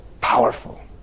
powerful